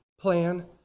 plan